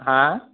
हा